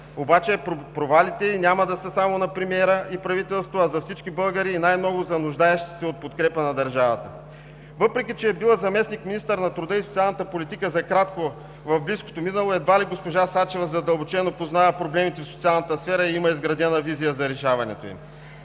Обаче провалите ѝ няма да са само на премиера и правителството, а за всички българи и най-много – за нуждаещите се от подкрепа на държавата. Въпреки че е била за кратко в близкото минало заместник-министър на труда и социалната политика, едва ли госпожа Сачева задълбочено познава проблемите в социалната сфера и има изградена визия за решаването им.